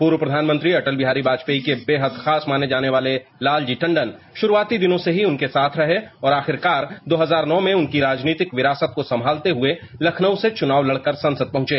पूर्व प्रधानमंत्री अटल बिहारी वाजपेई के बेहद खास माने जाने वाले लालजी टंडन शुरूआती दिनों से ही उनके साथ रहे और आखिरकार दो हजार नौ में उनकी राजनीतिक विरासत को संभालते हुए लखनऊ से चुनाव लड़कर संसद पहुंचे